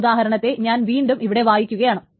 ഈ ഉദാഹരണത്തെ ഞാൻ വീണ്ടും ഇവിടെ വയ്ക്കുകയാണ്